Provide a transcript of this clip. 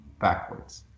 backwards